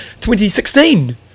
2016